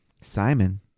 Simon